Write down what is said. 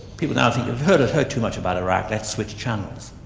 people now think they've heard heard too much about iraq, let's switch channels.